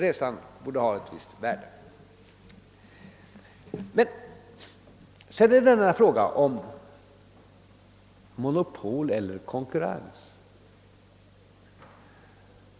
En sådan resa borde därför ha ett visst värde. Men sedan är det denna fråga om monopol eller konkurrens.